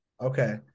Okay